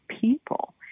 people